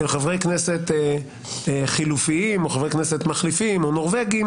חברי כנסת חלופיים או חברי כנסת מחליפים או נורבגים,